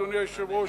אדוני היושב-ראש,